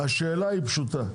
--- השאלה היא פשוטה.